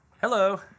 Hello